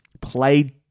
played